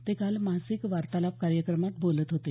ते काल मासिक वार्तालाप कार्यक्रमात बोलत होते